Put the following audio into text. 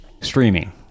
streaming